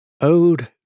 Ode